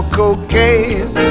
cocaine